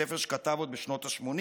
בספר שכתב עוד בשנות השמונים.